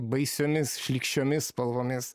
baisiomis šlykščiomis spalvomis